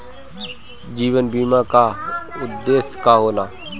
जीवन बीमा का उदेस्य का होला?